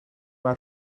mae